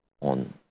on